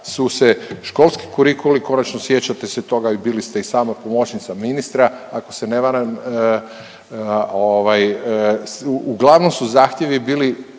su se školski kurikuli konačno, sjećate se toga, bili ste i sama pomoćnica ministra ako se ne varam, ovaj. Uglavnom su zahtjevi bili